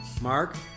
Mark